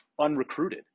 unrecruited